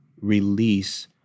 release